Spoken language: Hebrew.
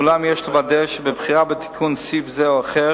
אולם יש לוודא שבבחירה בתיקון בסעיף זה או אחר